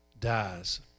dies